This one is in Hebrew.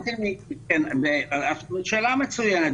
שאלה מצוינת.